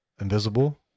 Invisible